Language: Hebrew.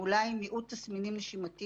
הם אולי עם מיעוט תסמינים נשימתיים.